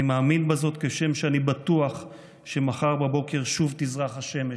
אני מאמין בזאת כשם שאני בטוח שמחר בבוקר שוב תזרח השמש.